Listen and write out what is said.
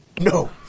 no